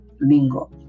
lingo